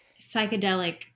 Psychedelic